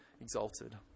exalted